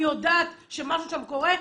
אני יודעת שמשהו שם קורה.